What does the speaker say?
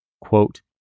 quote